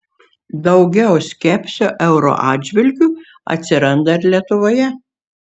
daugiau skepsio euro atžvilgiu atsiranda ir lietuvoje